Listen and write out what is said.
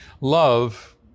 Love